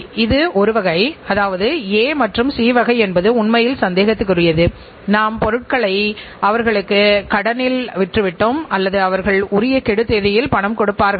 இலாப நோக்கற்ற நிறுவனத்தில் நிர்வாகக் கட்டுப்பாட்டு முறைமைக்கு ஏதேனும் சாத்தியம் இருக்கிறதா